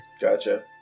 Gotcha